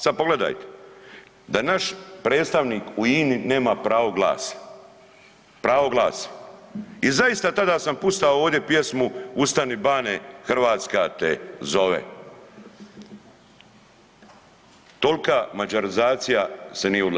Sad pogledaj, da naš predstavnik u INI nema pravo glasa, pravo glasa i zaista tada sam puštao ovdje pjesmu Ustani bane Hrvatska te zove, tolika mađarizacija se nije dogodila.